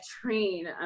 train